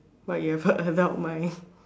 but you've a adult mind